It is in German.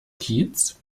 kiez